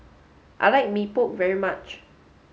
I like Mee Pok very much